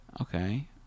Okay